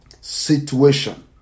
situation